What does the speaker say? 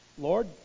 Lord